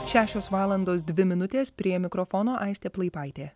šešios valandos dvi minutės prie mikrofono aistė plaipaitė